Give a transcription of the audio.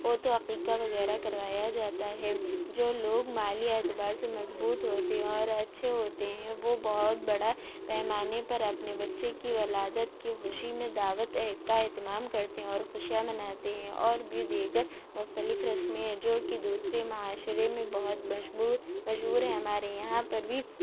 ہو تو عقیقہ وغیرہ کروایا جاتا ہے جو لوگ مالی اعتبار سے مضبوط ہوتے ہیں اور اچھے ہوتے ہیں وہ بہت بڑا پیمانے پر اپنے بچے کی ولادت کی خوشی میں دعوت کا اہتمام کرتے ہیں اور خوشیاں مناتے ہیں اور بھی دیگر مختلف رسمیں ہیں جوکہ دوسرے معاشرے میں بہت مشہور مشہور ہیں ہمارے یہاں پر بھی